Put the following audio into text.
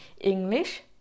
English